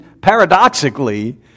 paradoxically